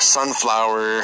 Sunflower